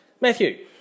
Matthew